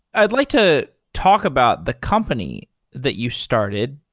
i'd like to talk about the company that you started,